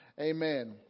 Amen